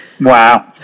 Wow